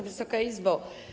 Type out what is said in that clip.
Wysoka Izbo!